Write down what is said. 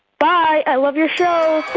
bye. i love your show.